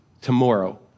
tomorrow